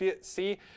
see